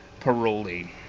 parolee